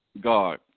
God